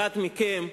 אחד מכם,